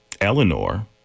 Eleanor